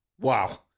Wow